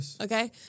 Okay